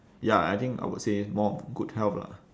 ya I think I would say more of good health lah